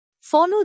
Follow